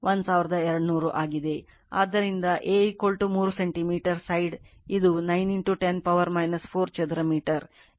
ಆದ್ದರಿಂದ A 3 centimetre Side ಇದು 9 10 power 4 ಚದರ ಮೀಟರ್